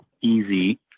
easy